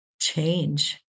change